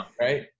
right